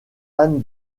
anne